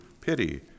pity